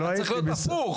זה היה צריך להיות הפוך.